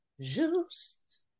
juice